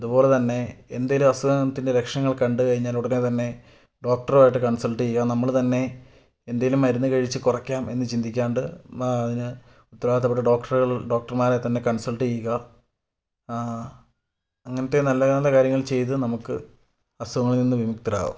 അതുപോലെ തന്നെ എന്തെങ്കിലും അസുഖത്തിൻ്റെ ലക്ഷണങ്ങൾ കണ്ടു കഴിഞ്ഞാലുടനെ തന്നെ ഡോക്ടറുമായിട്ട് കൺസൾട്ട് ചെയ്യുക നമ്മൾ തന്നെ എന്തെങ്കിലും മരുന്ന് കഴിച്ച് കുറയ്ക്കാം എന്ന് ചിന്തിക്കാണ്ട് അതിന് ഉത്തരവാദിത്തപ്പെട്ട ഡോക്ടറുകൾ ഡോക്ടർമാരെ തന്നെ കൺസൾട്ട് ചെയ്യുക അങ്ങനത്തെ നല്ല നല്ല കാര്യങ്ങൾ ചെയ്ത് നമുക്ക് അസുഖങ്ങളിൽ നിന്ന് വിമുക്തരാവാം